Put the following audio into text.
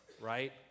right